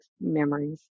memories